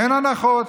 אין הנחות.